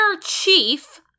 chief